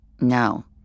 No